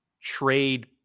trade